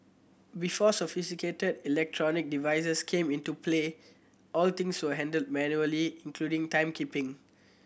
before sophisticated electrical devices came into play all things were handled manually including timekeeping